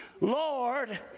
Lord